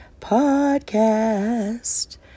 Podcast